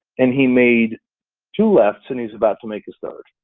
and he made two lefts and he's about to make his third.